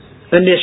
initiative